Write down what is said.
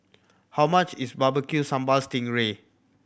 how much is Barbecue Sambal sting ray